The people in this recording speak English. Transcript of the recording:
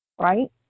right